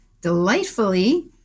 delightfully